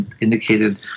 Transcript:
indicated